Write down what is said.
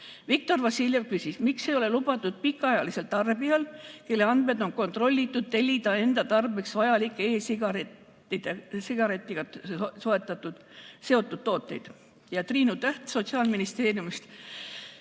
Viktor Vassiljev küsis, miks ei ole lubatud pikaajalisel tarbijal, kelle andmed on kontrollitud, tellida enda tarbeks vajalikke e-sigaretiga seotud tooteid. Triinu Täht Sotsiaalministeeriumist